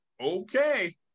Okay